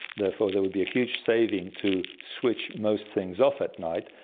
therefore there would be a huge saving to switch most things off at night.